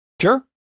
Sure